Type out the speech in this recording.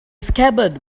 scabbard